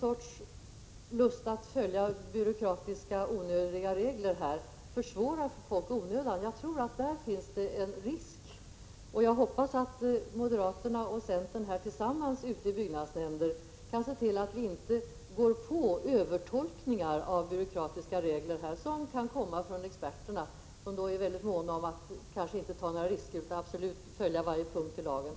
os op sorts lust att följa byråkratiska regler försvårar för folk i onödan. Jag tror att det finns en risk härvidlag, och jag hoppas att moderaterna och centern tillsammans ute i byggnadsnämnder kan se till att vi inte går med på övertolkningar av byråkratiska regler — övertolkningar som kan ha gjorts av experterna, som kanske är mycket måna om att inte ta några risker utan absolut följa varje punkt i lagen.